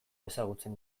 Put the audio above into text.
ezagutzen